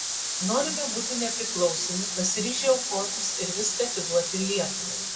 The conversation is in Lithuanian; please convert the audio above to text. norime būti nepriklausomi pasiryžę aukotis ir viską atiduoti lietuvai